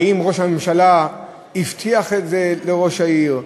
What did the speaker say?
האם ראש הממשלה הבטיח את זה לראש העיר,